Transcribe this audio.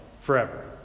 forever